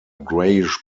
greyish